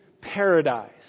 paradise